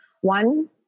One